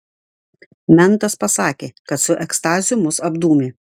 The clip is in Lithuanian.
mentas pasakė kad su ekstazių mus apdūmė